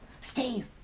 steve